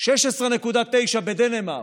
16.9 בדנמרק.